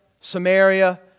Samaria